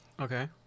Okay